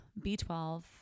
B12